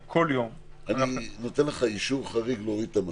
אני נותן לך אישור חריג להוריד את המסכה.